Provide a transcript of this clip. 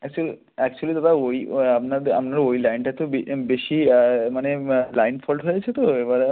actual actually দাদা ওই আপনার আপনার ওই লাইনটা তো বেশি মানে লাইন ফল্ট হয়েছে তো এবারে